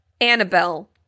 Annabelle